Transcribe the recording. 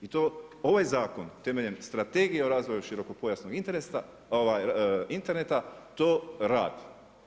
I to ovaj zakon temeljem Strategije o razvoju širokopojasnog interneta, to radi.